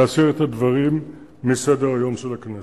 להסיר את הדברים מסדר-היום של הכנסת.